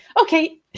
Okay